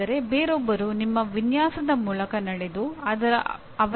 ಅಂದರೆ ಬೇರೊಬ್ಬರು ನಿಮ್ಮ ವಿನ್ಯಾಸದ ಮೂಲಕ ನಡೆದು ಅವರ ಅಭಿಪ್ರಾಯಗಳನ್ನು ನೀಡುತ್ತಾರೆ